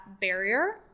barrier